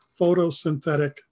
photosynthetic